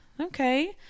Okay